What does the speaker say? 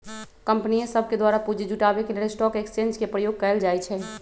कंपनीय सभके द्वारा पूंजी जुटाबे के लेल स्टॉक एक्सचेंज के प्रयोग कएल जाइ छइ